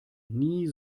nie